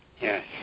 Yes